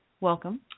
welcome